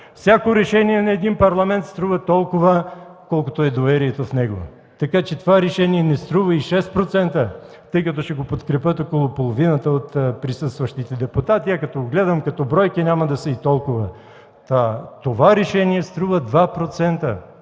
Всяко решение на един парламент струва толкова, колкото е доверието в него. Така че това решение не струва и 6%, тъй като ще го подкрепят около половината от присъстващите депутати, а като гледам като бройки няма да са и толкова. Това решение струва 2%,